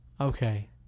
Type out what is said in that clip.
okay